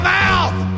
mouth